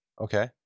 Okay